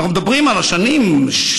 ואנחנו מדברים על השנים 2017-2016,